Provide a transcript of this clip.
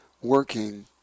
working